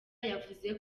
yavuze